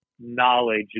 knowledge